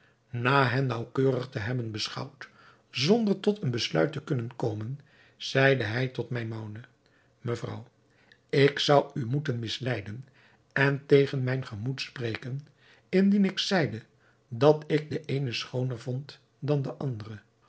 na hen naauwkeurig te hebben beschouwd zonder tot een besluit te kunnen komen zeide hij tot maimoune mevrouw ik zou u moeten misleiden en tegen mijn gemoed spreken indien ik zeide dat ik den eenen schooner vond dan de andere